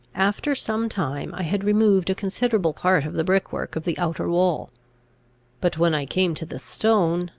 after some time, i had removed a considerable part of the brick-work of the outer wall but, when i came to the stone,